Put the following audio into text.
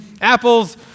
apples